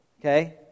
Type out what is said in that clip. okay